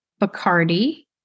Bacardi